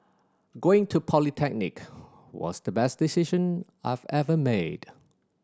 going to polytechnic was the best decision I've ever made